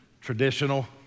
traditional